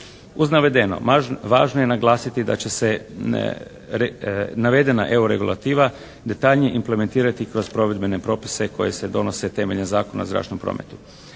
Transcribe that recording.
Uz navedeno važno je naglasiti da će se navedena EU regulativa detaljnije implementirati kroz provedbene propise koji se donose temeljem Zakona o zračnom prometu.